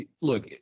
look